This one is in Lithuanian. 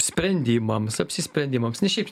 sprendimams apsisprendimams ne šiaip